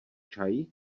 čaj